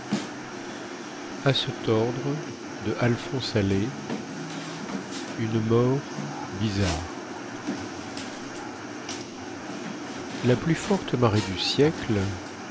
une mort bizarre la plus forte marée du siècle